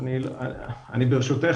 אני ברשותך,